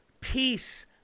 Peace